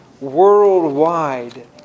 worldwide